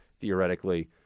theoretically